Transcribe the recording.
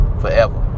Forever